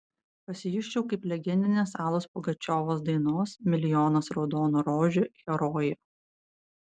pasijusčiau kaip legendinės alos pugačiovos dainos milijonas raudonų rožių herojė